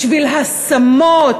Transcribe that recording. בשביל השמות.